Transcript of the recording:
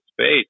space